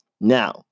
Now